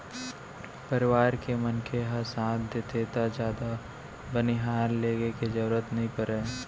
परवार के मनखे ह साथ देथे त जादा बनिहार लेगे के जरूरते नइ परय